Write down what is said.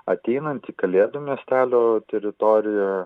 ateinant į kalėdų miestelio teritoriją